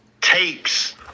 tapes